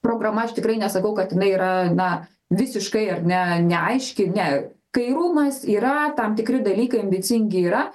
programa aš tikrai nesakau kad jinai yra na visiškai ar ne neaiški ne kairumas yra tam tikri dalykai ambicingi yra